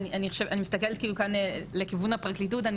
אני מסתכלת כאן לכיוון הפרקליטות,